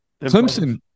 Clemson